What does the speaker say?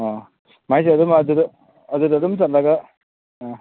ꯑꯣ ꯃꯥꯏꯁꯦ ꯑꯗꯨꯝ ꯑꯗꯨꯗ ꯑꯗꯨꯗ ꯑꯗꯨꯝ ꯆꯠꯂꯒ ꯑꯥ